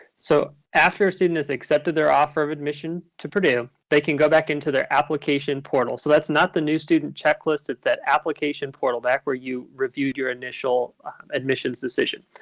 so after a student is accepted their offer admission to purdue, they can go back into their application portal. so that's not the new student checklist. it's that application portal back where you reviewed your initial admissions decision.